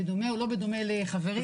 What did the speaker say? בדומה או לא בדומה לחברי,